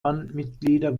bandmitglieder